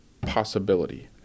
possibility